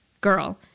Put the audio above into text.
girl